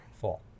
Fall